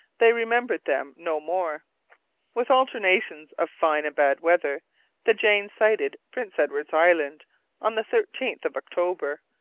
they remembered them no more with alternations of fine and bad weather the jane sighted prince edward's island on the thirteenth of october,